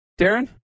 Darren